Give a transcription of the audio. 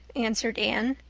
answered anne.